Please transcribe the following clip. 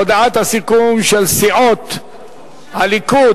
הודעת הסיכום של סיעות הליכוד,